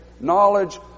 Knowledge